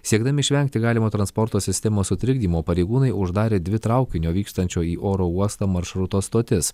siekdami išvengti galimo transporto sistemos sutrikdymo pareigūnai uždarė dvi traukinio vykstančio į oro uostą maršruto stotis